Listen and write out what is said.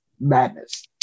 madness